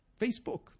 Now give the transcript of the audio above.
Facebook